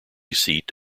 seat